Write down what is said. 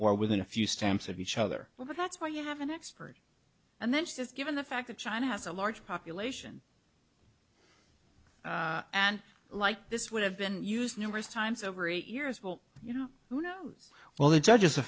or within a few stamps of each other well that's why you have an expert and then she says given the fact that china has a large population and like this would have been used numerous times over eight years well you know who knows well the judge is